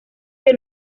que